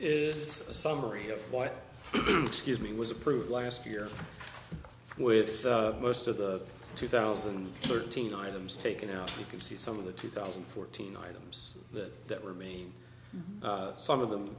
is a summary of what the excuse me was approved last year with most of the two thousand and thirteen items taken out you can see some of the two thousand and fourteen items that that remain some of them